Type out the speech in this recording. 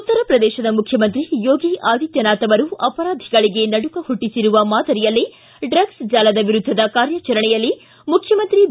ಉತ್ತರ ಪ್ರದೇಶದ ಮುಖ್ಯಮಂತ್ರಿ ಯೋಗಿ ಆದಿತ್ಯನಾಥ್ ಅವರು ಅಪರಾಧಿಗಳಿಗೆ ನಡುಕ ಹುಟ್ಟಿಸರುವ ಮಾದರಿಯಲ್ಲೇ ಡ್ರಗ್ಲ್ ಜಾಲದ ವಿರುದ್ದದ ಕಾರ್ಯಾಚರಣೆಯಲ್ಲಿ ಮುಖ್ಚಮಂತ್ರಿ ಬಿ